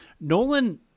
Nolan